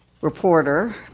reporter